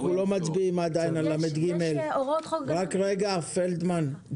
אנחנו עדיין לא מצביעים על 14לד. גל ברזני,